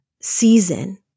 season